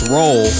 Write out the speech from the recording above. Roll